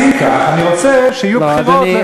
אז אם כך, אני רוצה שיהיו בחירות.